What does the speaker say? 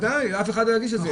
ודאי, אף אחד לא יגיש את זה.